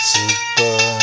Super